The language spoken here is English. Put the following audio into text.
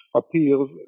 appears